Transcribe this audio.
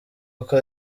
kuko